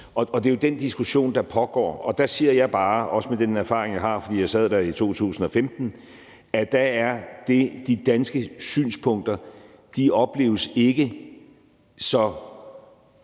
Det er jo den diskussion, der pågår, og der siger jeg bare – også med den erfaring, jeg har, fordi jeg sad der i 2015 – at der opleves de danske synspunkter ikke så